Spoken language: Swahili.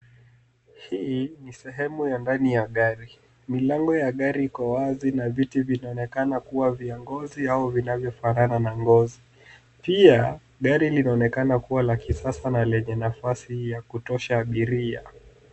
Hii ni sehemu ya ndani ya gari. Milango ya gari iko wazi na viti vinaonekana kuwa vya ngozi au vinavyofanana na ngozi. Pia gari linaonekana kuwa la kisasa na yenye nafasi ya kutosha abiria.